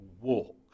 walk